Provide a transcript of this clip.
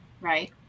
Right